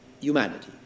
humanity